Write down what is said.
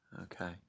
Okay